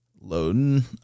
loading